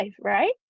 right